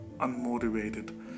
unmotivated